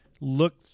look